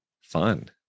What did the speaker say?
fun